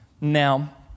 Now